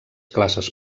classes